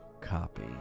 copy